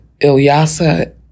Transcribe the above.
Ilyasa